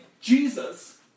Jesus